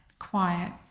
Quiet